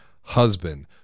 husband